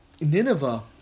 Nineveh